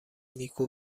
نیکو